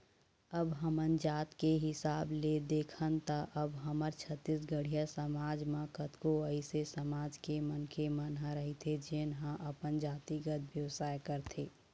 अब हमन जात के हिसाब ले देखन त अब हमर छत्तीसगढ़िया समाज म कतको अइसे समाज के मनखे मन ह रहिथे जेन ह अपन जातिगत बेवसाय करथे